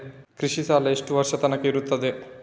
ಕೃಷಿ ಸಾಲ ಎಷ್ಟು ವರ್ಷ ತನಕ ಇರುತ್ತದೆ?